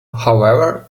however